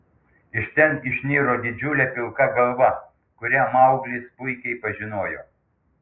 iš ten išniro didžiulė pilka galva kurią mauglis puikiai pažinojo